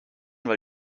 weil